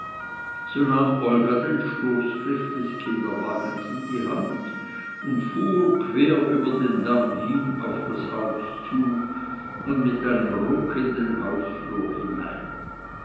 olga den stoßgriff des kinderwagens in die hand und fuhr quer über den damm hin auf das haus zu und mit einem ruck in den hausflur hinein